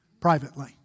Privately